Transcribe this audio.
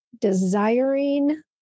desiring